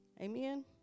Amen